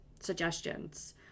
suggestions